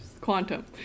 Quantum